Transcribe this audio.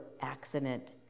accident